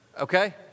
Okay